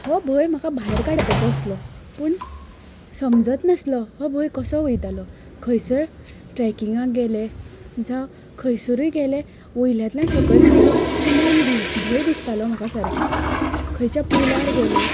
हो भंय म्हाका भायर काडपाचो आसलो पूण समजत नासलो हो भंय कसो वयतलो खंयसर ट्रेकींगाक गेलें जावं खंयसरय गेलें वयल्यातल्यान सकयल पयलें की मन भी भंय दिसतालो म्हाका सारको खंयच्या पुलार गेलें